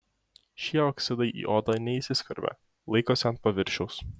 šie oksidai į odą neįsiskverbia laikosi ant paviršiaus